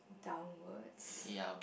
downwards